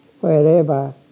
Wherever